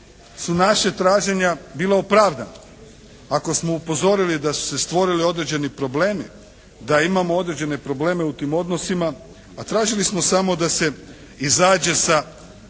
su naša traženje bila opravdana. Ako smo upozorili da su se stvorili određeni problemi, da imamo određene probleme u tim odnosima a tražili smo samo da se izađe sa